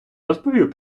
розповів